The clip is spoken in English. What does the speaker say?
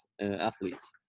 athletes